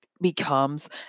becomes